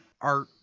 art